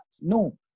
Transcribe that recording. No